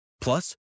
Plus